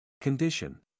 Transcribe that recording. Condition